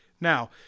Now